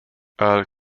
earl